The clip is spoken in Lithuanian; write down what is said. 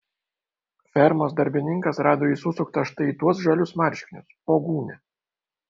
fermos darbininkas rado jį susuktą štai į tuos žalius marškinius po gūnia